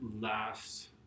last